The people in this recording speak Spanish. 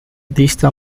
dista